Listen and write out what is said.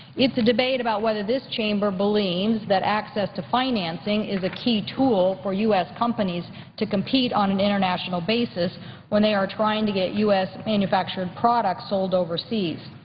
it's a debate about whether this chamber believes that access to financing is a key tool for u s. companies to compete on an international basis when they are trying to get u s. manufactured products sold overseas.